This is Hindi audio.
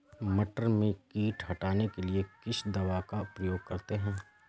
मटर में कीट हटाने के लिए किस दवा का प्रयोग करते हैं?